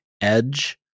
edge